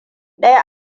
daya